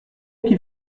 qu’il